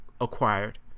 acquired